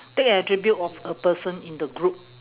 take an attribute of a person in the group